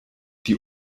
die